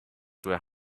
were